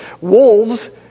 wolves